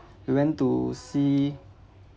we went to see